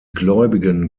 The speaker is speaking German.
gläubigen